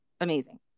amazing